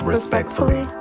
respectfully